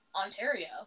Ontario